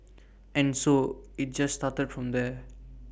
and so IT just started from there